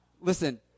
listen